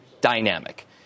dynamic